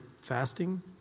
fasting